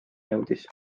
nõudis